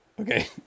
Okay